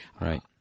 Right